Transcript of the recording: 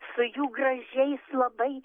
su jų gražiais labai